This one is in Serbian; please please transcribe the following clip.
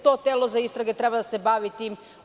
To telo za istrage treba da se bavi tim.